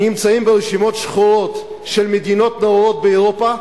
נמצאים ברשימות שחורות של מדינות נאורות באירופה,